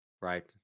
right